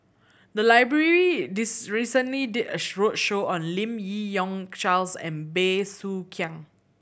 the library recently did a roadshow on Lim Yi Yong Charles and Bey Soo Khiang